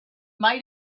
might